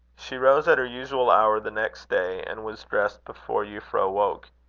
she rose at her usual hour the next day, and was dressed before euphra awoke.